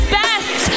best